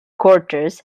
quarters